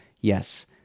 yes